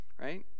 right